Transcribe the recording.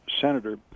senator